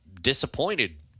disappointed